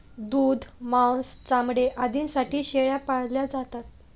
दूध, मांस, चामडे आदींसाठी शेळ्या पाळल्या जातात